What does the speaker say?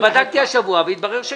ובדקתי השבוע, והתברר שכן.